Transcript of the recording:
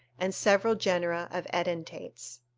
and several genera of edentates.